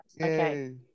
okay